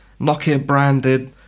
Nokia-branded